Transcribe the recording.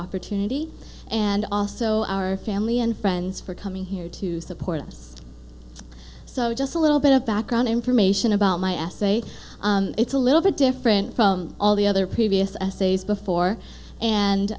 opportunity and also our family and friends for coming here to support us so just a little bit of background information about my essay it's a little bit different from all the other previous essays before and